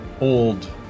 old